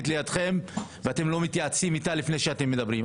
לידכם ואתם לא מתייעצים איתה לפני שאתם מדברים.